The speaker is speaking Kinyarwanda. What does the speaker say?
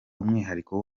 umwihariko